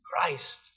Christ